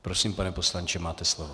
Prosím, pane poslanče, máte slovo.